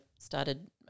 started